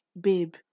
babe